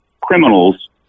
criminals